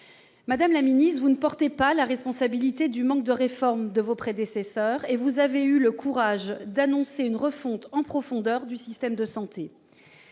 Madame la ministre, vous ne portez pas la responsabilité du manque de réformes de vos prédécesseurs. Vous avez eu le courage d'annoncer une refonte en profondeur du système de santé